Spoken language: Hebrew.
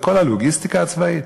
בכל הלוגיסטיקה הצבאית?